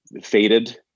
faded